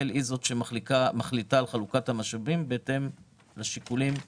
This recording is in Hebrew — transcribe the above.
היא שמחליטה על חלוקת המשאבים בהתאם לשיקולים שלה.